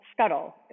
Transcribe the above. scuttle